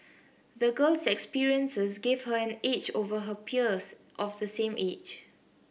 the girl's experiences gave her an edge over her peers of the same age